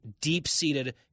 deep-seated